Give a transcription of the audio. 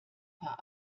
paar